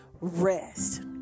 rest